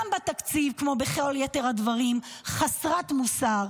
גם בתקציב, כמו בכל יתר הדברים, חסר מוסר.